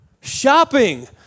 Shopping